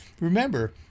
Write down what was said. Remember